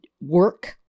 work